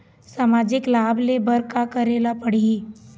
सामाजिक लाभ ले बर का करे ला पड़ही?